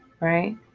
right